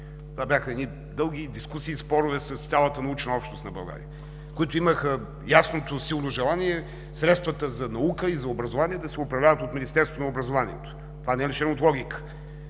Това бяха дълги дискусии и спорове с цялата научна общност на България. Тя имаше ясното и силно желание средствата за наука и за образование да се управляват от Министерството на образованието и науката. Това не е лишено от логика